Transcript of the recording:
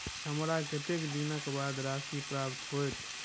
हमरा कत्तेक दिनक बाद राशि प्राप्त होइत?